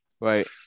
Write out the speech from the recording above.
Right